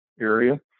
area